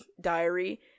diary